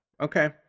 okay